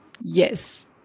yes